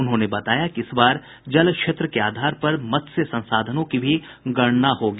उन्होंने बताया कि इस बार जल क्षेत्र के आधार पर मत्स्य संसाधनों की भी गणना होगी